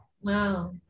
Wow